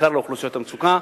בעיקר לאוכלוסיות המצוקה,